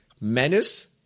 Menace